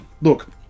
look